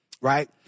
right